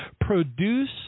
produce